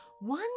One